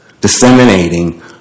disseminating